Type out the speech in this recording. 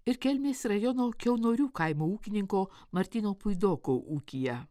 ir kelmės rajono kiaunorių kaimo ūkininko martyno puidoko ūkyje